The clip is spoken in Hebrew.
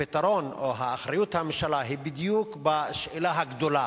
הפתרון, או אחריות הממשלה היא בדיוק בשאלה הגדולה,